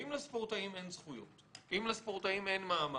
אם לספורטאים אין זכויות, אם לספורטאים אין מעמד,